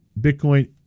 Bitcoin